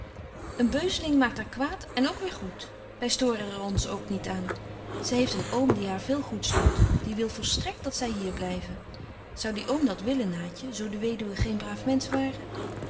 een beuzeling maakt haar kwaad en ook weer goed wy storen er ons ook niet aan zy heeft een oom die haar veel goeds doet die wil volstrekt dat zy hier blyve zou die oom dat willen naatje zo de weduwe geen braaf mensch ware